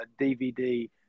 DVD